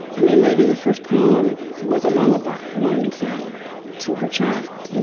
i mean, maybe the first poem was a lullaby a woman sang to her child, you know